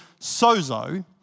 sozo